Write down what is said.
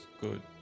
good